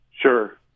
Sure